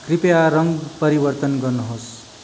कृपया रङ परिवर्तन गर्नुहोस्